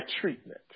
treatment